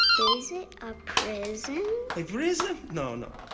is it a prison? a prison? no, no.